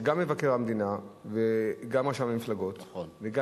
שגם מבקר המדינה וגם רשם המפלגות וגם